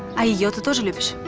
i yeah ah didn't even